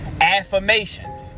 Affirmations